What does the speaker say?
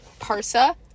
Parsa